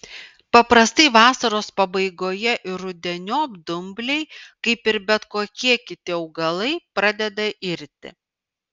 paprastai vasaros pabaigoje ir rudeniop dumbliai kaip ir bet kokie kiti augalai pradeda irti